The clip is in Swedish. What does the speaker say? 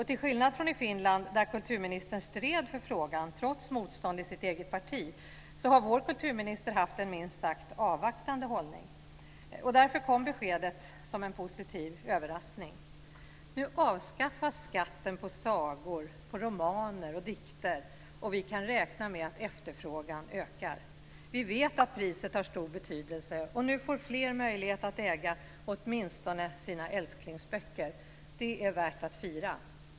Till skillnad från i Finland, där kulturministern stred för frågan trots motstånd i sitt eget parti, har vår kulturminister haft en minst sagt avvaktande hållning. Därför kom beskedet som en positiv överraskning. Nu avskaffas skatten på sagor, romaner och dikter, och vi kan räkna med att efterfrågan ökar. Vi vet att priset har stor betydelse, och nu får fler möjlighet att äga åtminstone sina älsklingsböcker. Det är värt att fira.